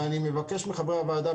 ואני מבקש מחברי הוועדה,